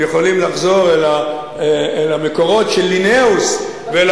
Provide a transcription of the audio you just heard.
יכולים לחזור אל המקורות של ליניאוס ואל